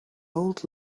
old